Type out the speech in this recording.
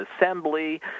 assembly